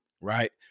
right